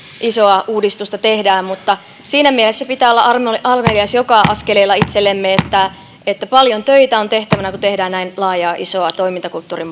isoa uudistusta tehdään mutta siinä mielessä pitää olla armelias joka askeleella itsellemme että että paljon töitä on tehtävänä kun tehdään näin laajaa isoa toimintakulttuurin